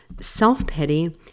Self-pity